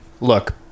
Look